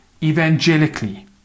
evangelically